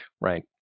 right